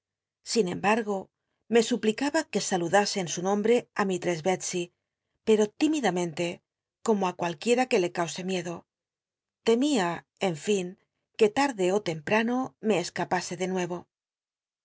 sin emba tgo ma suplicaba que saludase en su nombre á mist ress belsey pero tímidamente como á cualquiera que le causase miedo temía en in que tarde ó jemprano íne escapase dé nue